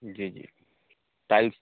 जी जी टाइल्स